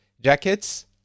jackets